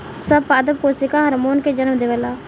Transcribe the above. सब पादप कोशिका हार्मोन के जन्म देवेला